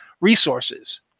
resources